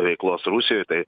veiklos rusijoj tai